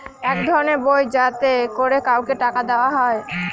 এক ধরনের বই যাতে করে কাউকে টাকা দেয়া হয়